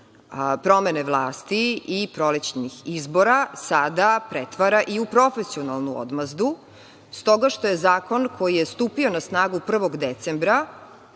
promene vlasti i prolećnih izbora, sada pretvara i u profesionalnu odmazdu, stoga što je zakon koji je stupio na snagu 1. decembra,